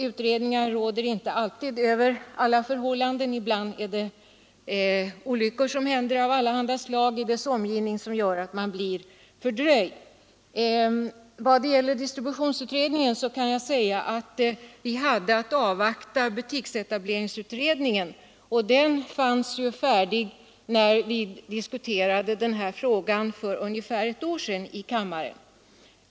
Utredningar råder inte alltid över alla förhållanden. Ibland händer det olyckor av allehanda slag i en utrednings omgivning som gör att den blir fördröjd. Vad det gäller distributionsutredningen kan jag säga att vi hade att avvakta butiksetableringsutredningen, och den var färdig när vi diskuterade frågan om stormarknaderna för ungefär ett år sedan i kammaren.